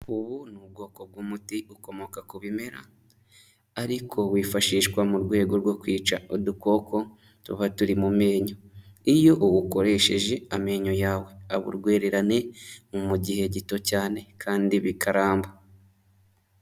Ubu ni ubwoko bw'umuti ukomoka ku bimera, ariko wifashishwa mu rwego rwo kwica udukoko tuba turi mu menyo, iyo uwukoresheje amenyo yawe aba urwererane mu gihe gito cyane kandi bikaramba.